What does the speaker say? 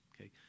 okay